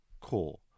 core